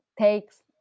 takes